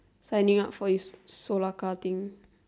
signing up for this solar car thing